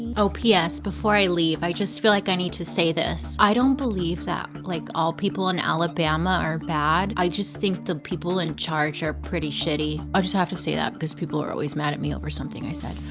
oh p s, before i leave, i just feel like i need to say this, i don't believe that like all people in alabama are bad, i just think the people in charge are pretty shitty. i just have to say that, cause people are always mad at me over something i said.